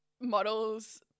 models